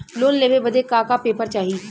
Loan लेवे बदे का का पेपर चाही?